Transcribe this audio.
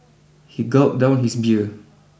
he gulped down his beer